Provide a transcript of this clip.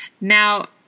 Now